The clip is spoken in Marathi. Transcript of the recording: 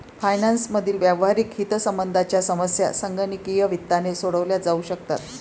फायनान्स मधील व्यावहारिक हितसंबंधांच्या समस्या संगणकीय वित्ताने सोडवल्या जाऊ शकतात